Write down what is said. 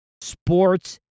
sports